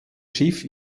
schiff